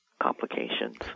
complications